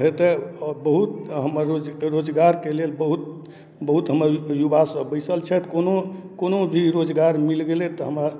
हेतै आओर बहुत आओर हमर रोज रोजगारके लेल बहुत हमर युवासभ बैसल छथि कोनो कोनो भी रोजगार मिल गेलै तऽ हमरा